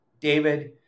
David